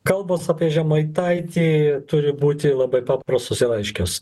kalbos apie žemaitaitį turi būti labai paprastos ir aiškios